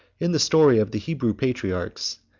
in the story of the hebrew patriarchs,